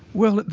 well,